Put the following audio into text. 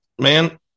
man